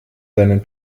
seinen